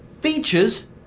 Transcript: Features